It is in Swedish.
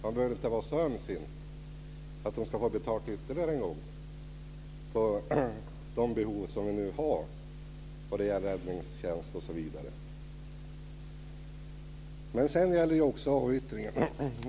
Man behöver inte vara så ömsint att de ska få betalt ytterligare en gång, med tanke på de behov som nu finns vad gäller räddningstjänst osv. Det gäller alltså avyttringen.